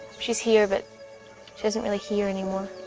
she's here but she doesn't really hear anymore.